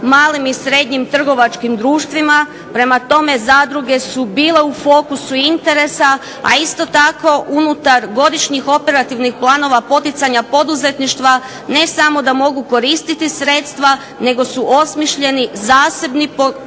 malim i srednjim trgovačkim društvima. Prema tome, zadruge su bile u fokusu interesa, a isto tako unutar godišnjih operativnih planova poticanja poduzetništva ne samo da mogu koristiti sredstva nego su osmišljeni zasebni programi